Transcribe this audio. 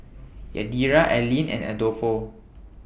Yadira Allean and Adolfo